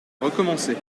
recommencer